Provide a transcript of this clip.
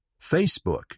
facebook